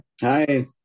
Hi